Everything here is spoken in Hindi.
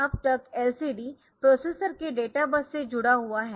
अब तक LCD प्रोसेसर के डेटा बस से जुड़ा हुआ है